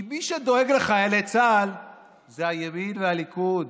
כי מי שדואג לחיילי צה"ל זה הימין וליכוד,